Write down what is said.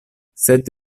sed